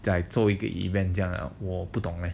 改做一个 event 这样 lah 我不懂 leh